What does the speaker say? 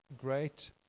great